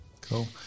Cool